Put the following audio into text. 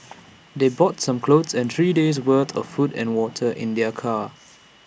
they brought some clothes and three days'worth of food and water in their car